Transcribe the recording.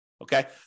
Okay